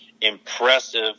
impressive